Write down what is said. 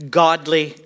godly